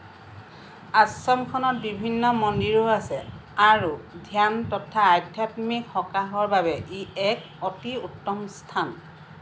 আশ্ৰমখনত বিভিন্ন মন্দিৰো আছে আৰু ধ্যান তথা আধ্যাত্মিক সকাহৰ বাবে ই এক অতি উত্তম স্থান